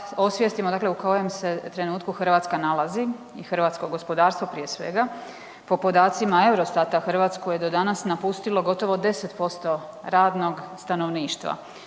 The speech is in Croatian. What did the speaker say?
osvijestimo u kojem se trenutku Hrvatska nalazi i hrvatsko gospodarstvo prije svega. Po podacima Eurostata Hrvatsku je do danas napustilo gotovo 10% radnog stanovništva.